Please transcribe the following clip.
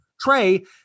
Trey